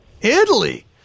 Italy